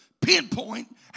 pinpoint